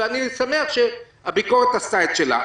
ואני שמח שהביקורת עשתה את שלה.